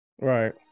Right